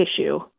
issue